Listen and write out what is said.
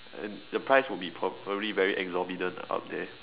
and the price will be probably very exorbitant out there